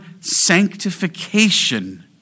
sanctification